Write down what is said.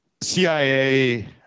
cia